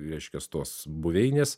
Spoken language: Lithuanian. reiškias tos buveinės